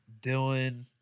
dylan